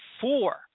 Four